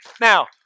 Now